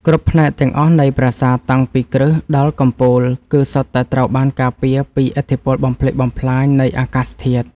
គ្រប់ផ្នែកទាំងអស់នៃប្រាសាទតាំងពីគ្រឹះដល់កំពូលគឺសុទ្ធតែត្រូវបានការពារពីឥទ្ធិពលបំផ្លិចបំផ្លាញនៃអាកាសធាតុ។